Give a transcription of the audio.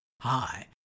Hi